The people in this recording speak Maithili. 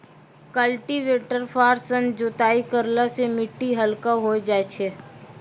कल्टीवेटर फार सँ जोताई करला सें मिट्टी हल्का होय जाय छै